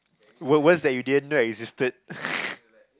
what words that you didn't know existed